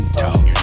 talk